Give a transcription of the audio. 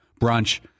brunch